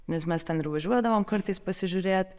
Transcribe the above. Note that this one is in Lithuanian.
nes mes ten ir važiuodavom kartais pasižiūrėt